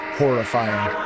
horrifying